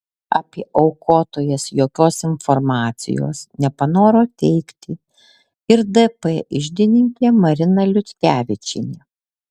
apie aukotojas jokios informacijos nepanoro teikti ir dp iždininkė marina liutkevičienė